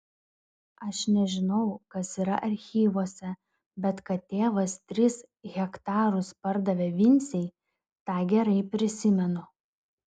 aš nežinau kas yra archyvuose bet kad tėvas tris hektarus pardavė vincei tą gerai prisimenu